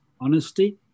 honesty